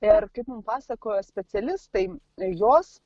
ir kaip mum pasakojo specialistai jos